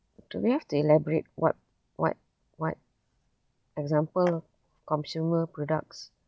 do we have to elaborate what what what example consumer products